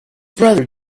brother